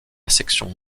section